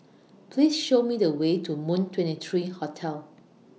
Please Show Me The Way to Moon twenty three Hotel